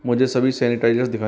मुझे सभी सैनिटाइजर्स दिखाएँ